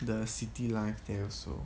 the city life there also